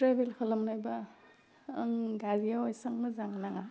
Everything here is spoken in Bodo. ट्रेबेल खालामनायबा आं गारियाव एसेबां मोजां नाङा